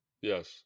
Yes